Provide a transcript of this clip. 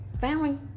family